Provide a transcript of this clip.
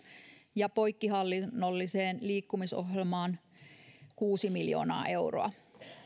ja poikkihallinnolliseen liikkumisohjelmaan kuusi miljoonaa euroa